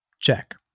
check